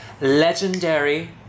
legendary